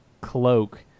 cloak